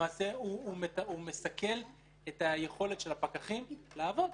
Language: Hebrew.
הוא מסכל את היכולת של הפקחים לעבוד.